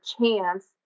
chance